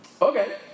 Okay